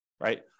right